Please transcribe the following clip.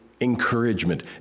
encouragement